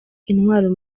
intwaro